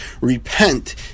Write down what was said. Repent